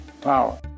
power